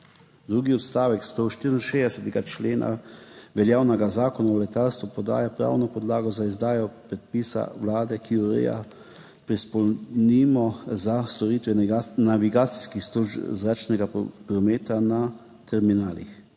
Drugi odstavek 164. člena veljavnega Zakona o letalstvu podaja pravno podlago za izdajo predpisa Vlade, ki ureja pristojbino za storitve navigacijskih služb zračnega prometa na terminalih,